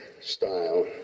style